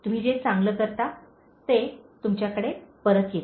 तुम्ही जे चांगले करता ते तुमच्याकडे परत येते